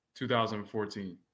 2014